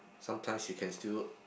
sometimes she can still